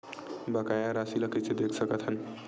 बकाया राशि ला कइसे देख सकत हान?